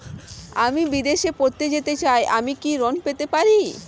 আমি বিদেশে পড়তে যেতে চাই আমি কি ঋণ পেতে পারি?